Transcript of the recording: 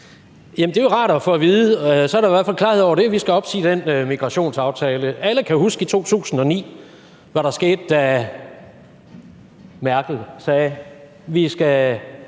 det er jo rart at få at vide. Så er der da i hvert fald klarhed over det: Vi skal opsige den migrationsaftale. Alle kan huske, hvad der skete i 2009, da Merkel sagde, at vi